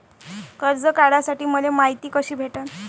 कर्ज काढासाठी मले मायती कशी भेटन?